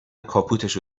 کاپوتشو